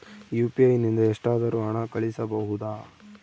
UPI ನಿಂದ ಎಷ್ಟಾದರೂ ಹಣ ಕಳಿಸಬಹುದಾ?